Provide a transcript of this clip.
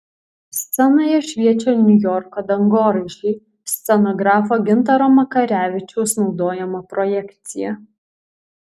scenoje šviečia niujorko dangoraižiai scenografo gintaro makarevičiaus naudojama projekcija